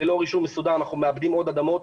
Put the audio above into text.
ללא רישום מסודר אנחנו מאבדים עוד אדמות.